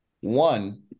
One